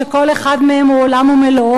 שכל אחד מהם הוא עולם ומלואו,